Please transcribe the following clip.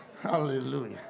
Hallelujah